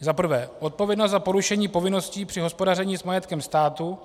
Za prvé, odpovědnost za porušení povinností při hospodaření s majetkem státu.